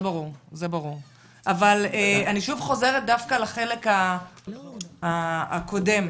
אבל שוב חוזרת דווקא לחלק הקודם.